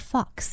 Fox 》 。